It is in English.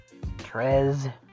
Trez